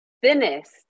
thinnest